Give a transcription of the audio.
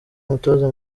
umutoza